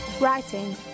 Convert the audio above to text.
writing